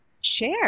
share